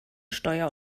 steuer